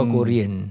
Korean